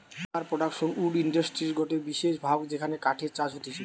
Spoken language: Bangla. লাম্বার প্রোডাকশন উড ইন্ডাস্ট্রির গটে বিশেষ ভাগ যেখানে কাঠের চাষ হতিছে